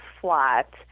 flat